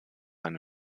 eine